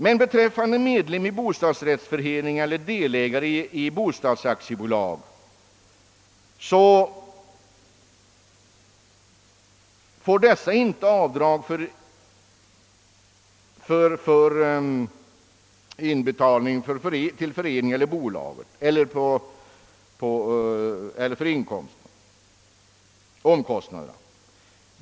Men delägare i bostadsrättsföreningar eller delägare i bostadsaktiebolag får inte avdrag för inbetalning till förening eller bolag eller för omkostnaderna.